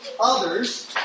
others